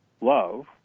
love